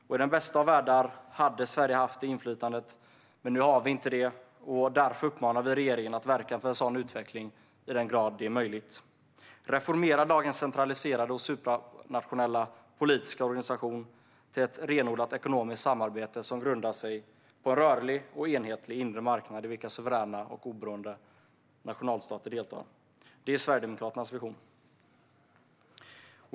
I den bästa av världar hade Sverige haft det inflytandet. Nu har vi inte det, och därför uppmanar vi regeringen att verka för en sådan utveckling i den grad det är möjligt. Att reformera dagens centraliserade och supranationella politiska organisation till ett renodlat ekonomiskt samarbete som grundar sig på en rörlig och enhetlig inre marknad i vilken suveräna och oberoende nationalstater deltar - det är Sverigedemokraternas vision.